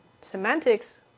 semantics